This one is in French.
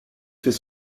fait